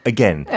Again